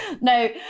No